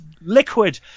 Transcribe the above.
liquid